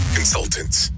Consultants